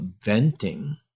venting